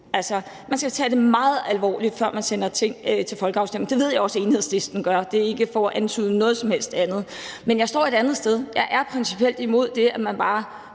Altså, man skal tage det meget alvorligt, før man sender ting til folkeafstemning, og det ved jeg også Enhedslisten gør, så det er ikke for at antyde noget som helst andet. Men jeg står et andet sted. Jeg er principielt imod det, at man sender